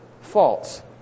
false